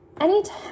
anytime